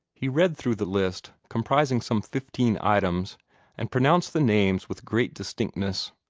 he read through the list comprising some fifteen items and pronounced the names with great distinctness.